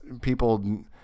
people